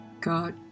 God